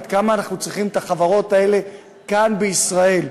עד כמה אנחנו צריכים את החברות האלה כאן בישראל,